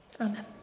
Amen